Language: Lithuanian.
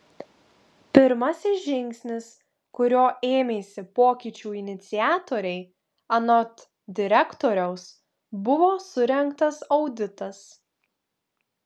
pirmasis žingsnis kurio ėmėsi pokyčių iniciatoriai anot direktoriaus buvo surengtas auditas